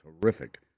terrific